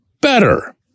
better